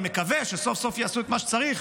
אני מקווה שסוף-סוף יעשו את מה שצריך,